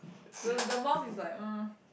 the the mouth is like um